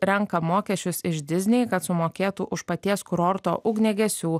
renka mokesčius iš diznei kad sumokėtų už paties kurorto ugniagesių